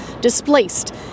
displaced